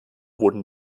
wurden